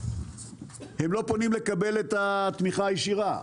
לא פונים לקבל את התמיכה הישירה.